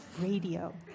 radio